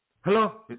Hello